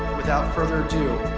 without further ado,